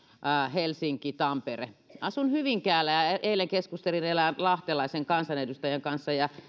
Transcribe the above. helsinki tampere asun hyvinkäällä ja eilen keskustelin erään lahtelaisen kansanedustajan kanssa ja